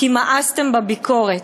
כי מאסתם בביקורת,